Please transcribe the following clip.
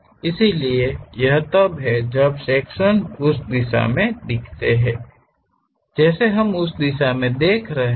इसलिए यह तब है जब सेक्शन उस दिशा में दिखते हैं जैसे हम उस दिशा में देख रहे हैं